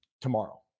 tomorrow